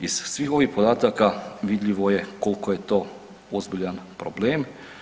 Iz svih ovih podataka vidljivo je koliko je to ozbiljan problem.